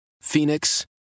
Phoenix